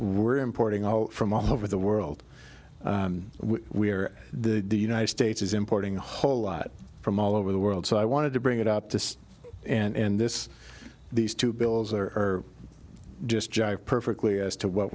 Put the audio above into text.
we're importing all from all over the world we're the united states is importing a whole lot from all over the world so i wanted to bring it up to and this these two bills are just jive perfectly as to what